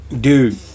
Dude